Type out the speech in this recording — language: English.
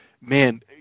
man